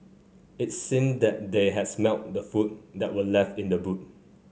it seemed that they had smelt the food that were left in the boot